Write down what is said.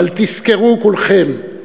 אבל תזכרו כולכם: